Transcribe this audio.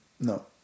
no